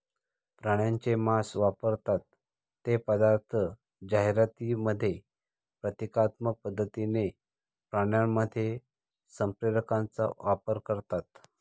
प्राण्यांचे मांस वापरतात ते पदार्थ जाहिरातींमध्ये प्रतिकात्मक पद्धतीने प्राण्यांमध्ये संप्रेरकांचा वापर करतात